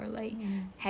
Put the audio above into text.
generally